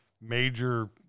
major